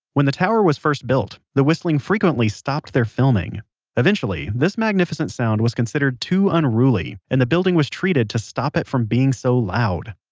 when the tower was first built the whistling frequently stopped their filming eventually, this magnificent sound was considered too unruly and the building was treated to stop it being so loud.